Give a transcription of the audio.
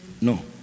No